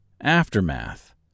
Aftermath